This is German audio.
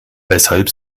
weshalb